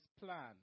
plan